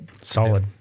Solid